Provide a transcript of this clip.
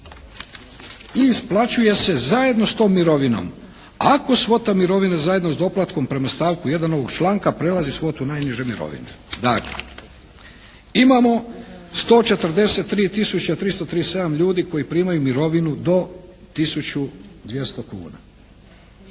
i isplaćuje se zajedno s tom mirovinom ako svota mirovine zajedno s doplatkom prema stavku 1. ovog članka prelazi svotu najniže mirovine. Dakle, imamo 143 tisuće 337 ljudi koji primaju mirovinu do 1.200,00 kuna.